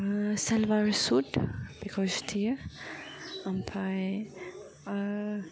salwar suit बेखौ सुथेयो ओमफ्राय